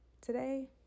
today